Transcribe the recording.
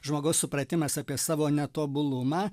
žmogaus supratimas apie savo netobulumą